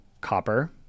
copper